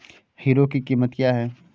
Hero की कीमत क्या है?